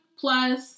plus